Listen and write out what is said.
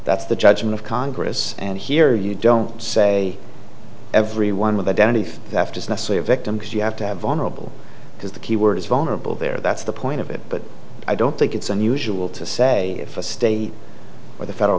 that's the judgment of congress and here you don't say everyone with identity theft is necessary a victim because you have to have vulnerable because the keyword is vulnerable there that's the point of it but i don't think it's unusual to say if a state or the federal